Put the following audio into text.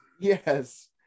Yes